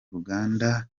ruganda